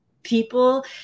People